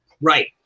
Right